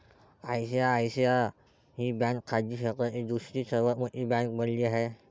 ICICI ही bank खाजगी क्षेत्रातील दुसरी सर्वात मोठी बँक बनली आहे